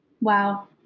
Wow